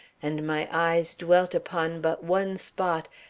and my eyes dwelt upon but one spot,